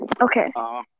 Okay